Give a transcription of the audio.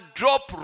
drop